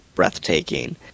breathtaking